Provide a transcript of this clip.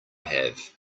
have